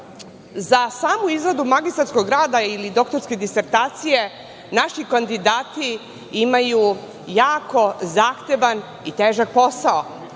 za samu izradu magistarskog rada ili doktorske disertacije naši kandidati imaju jako zahtevan i težak posao.